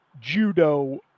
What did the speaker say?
judo